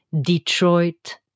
Detroit